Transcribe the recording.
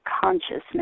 consciousness